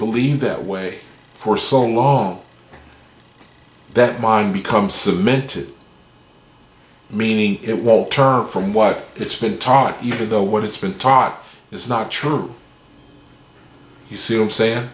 believe that way for so long that mind becomes cemented meaning it won't turn from what it's been taught even though what it's been taught is not true you see i'm saying